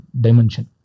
dimension